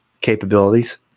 capabilities